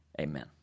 Amen